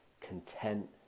content